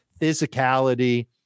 physicality